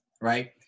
right